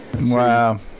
Wow